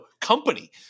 company